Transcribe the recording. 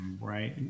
right